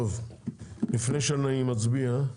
לפני שאני מצביע,